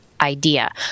idea